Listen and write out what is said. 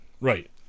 right